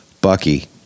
Bucky